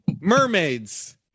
Mermaids